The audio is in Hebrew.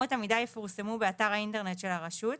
אמות המידה יפורסמו באתר האינטרנט של הרשות,